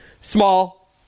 small